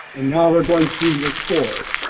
and now we're going to record.